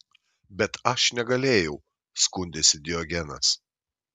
bet aš negalėjau skundėsi diogenas